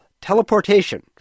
Teleportation